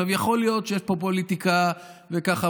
יכול להיות שיש פה פוליטיקה וככה,